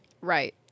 Right